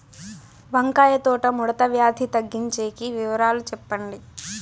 వంకాయ తోట ముడత వ్యాధి తగ్గించేకి వివరాలు చెప్పండి?